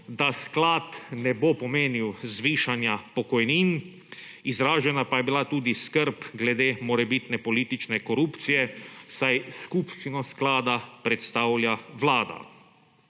da sklad ne bo pomenil zvišanja pokojnin, izražena pa je bila tudi skrb glede morebitne politične korupcije, saj skupščino sklada predstavlja Vlada.